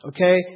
Okay